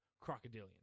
crocodilian